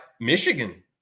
Michigan